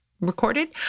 recorded